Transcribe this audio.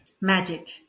Magic